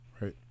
Right